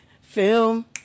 film